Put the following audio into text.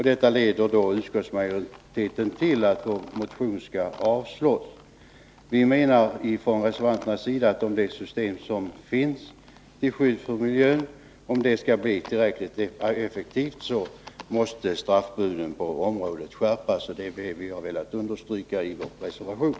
Detta leder utskottsmajoriteten till att vår motion skall avslås. Vi menar från reservanternas sida att straffbuden på detta område måste skärpas för att lagstiftningen skall bli tillräckligt effektiv. Det är också det som vi har velat understryka i vår reservation.